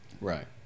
Right